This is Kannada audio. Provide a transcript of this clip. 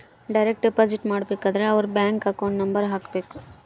ಡೈರೆಕ್ಟ್ ಡಿಪೊಸಿಟ್ ಮಾಡಬೇಕಾದರೆ ಅವರ್ ಬ್ಯಾಂಕ್ ಅಕೌಂಟ್ ನಂಬರ್ ಹಾಕ್ಬೆಕು